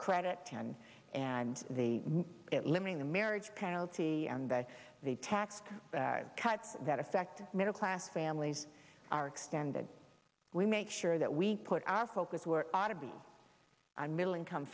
credit can and the it living the marriage penalty and the tax cuts that affect middle class families are extended we make sure that we put our focus were ought to be on middle income